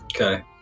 Okay